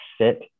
sit